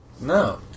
No